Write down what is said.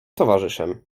towarzyszem